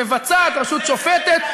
יש רשות מחוקקת, רשות מבצעת, רשות שופטת.